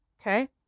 Okay